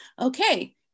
Okay